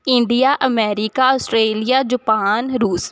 India America Australia Japan ਰੂਸ